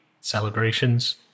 celebrations